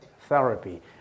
therapy